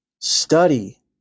study